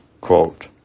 Quote